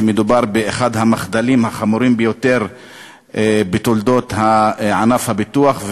שמדובר באחד המחדלים החמורים ביותר בתולדות ענף הביטוח,